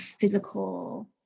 physical